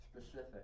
specific